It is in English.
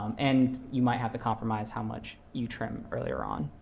um and you might have to compromise how much you trim earlier on.